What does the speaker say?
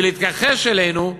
ולהתכחש לנו,